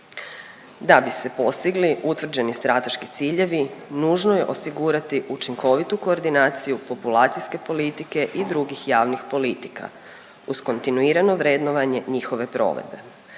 Da bi se postigli utvrđeni strateški ciljevi nužno je osigurati učinkovitu koordinaciju populacijske politike i drugih javnih politika uz kontinuirano vrednovanje njihove provedbe.